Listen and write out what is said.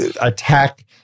attack